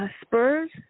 spurs